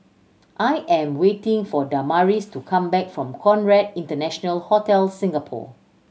I am waiting for Damaris to come back from Conrad International Hotel Singapore